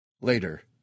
Later